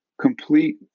complete